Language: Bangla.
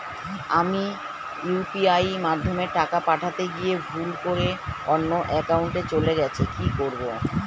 আমি ইউ.পি.আই মাধ্যমে টাকা পাঠাতে গিয়ে ভুল করে অন্য একাউন্টে চলে গেছে কি করব?